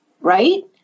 right